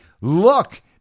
look